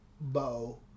bow